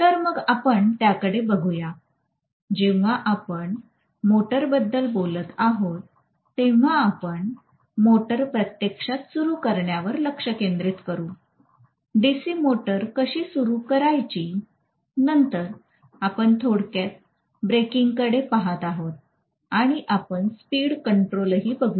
तर मग आपण त्याकडे बघुया जेव्हा आपण मोटरबद्दल बोलत आहोत तेव्हा आपण मोटर प्रत्यक्षात सुरु करण्यावर लक्ष केंद्रित करू डीसी मोटर कशी सुरू करायची नंतर आपण थोडक्यात ब्रेकिंगकडे पहात आहोत आणि आपण स्पीड कंट्रोलकडेही बघुया